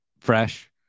fresh